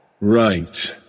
Right